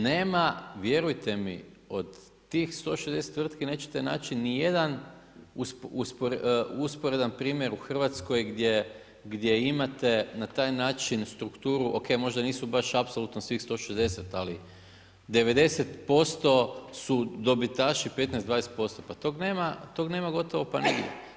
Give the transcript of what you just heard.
Nema vjerujte mi, od tih 160 tvrtki nećete naći nijedan usporedan primjer u Hrvatskoj gdje imate na taj način strukturu, ok, možda nisu baš apsolutno svih 160 ali 90% su dobitaši, 15, 20%, pa tog nema gotovo pa nigdje.